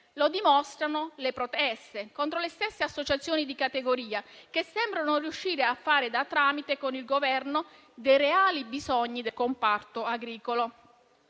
lo dimostrano le proteste contro le stesse associazioni di categoria che sembrano non riuscire a fare da tramite con il Governo dei reali bisogni del comparto agricolo.